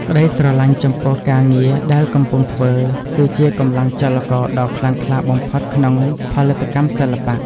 ក្តីស្រលាញ់ចំពោះការងារដែលកំពុងធ្វើគឺជាកម្លាំងចលករដ៏ខ្លាំងក្លាបំផុតក្នុងផលិតកម្មសិល្បៈ។